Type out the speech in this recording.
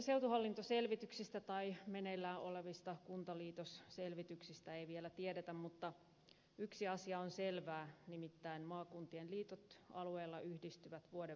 seutuhallintoselvityksistä tai meneillään olevista kuntaliitosselvityksistä ei vielä tiedetä mutta yksi asia on selvää nimittäin maakuntien liitot alueella yhdistyvät vuodenvaihteessa